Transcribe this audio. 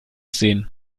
sehen